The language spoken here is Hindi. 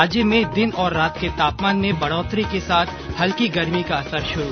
राज्य में दिन और रात के तापमान में बढ़ोतरी के साथ हल्की गर्मी का असर शुरू